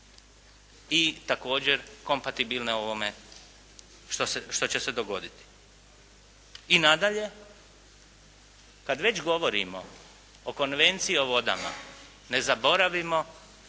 i također kompatibilne onome što će se dogoditi. I nadalje, kada već govorimo o Konvenciji o vodama, ne zaboravimo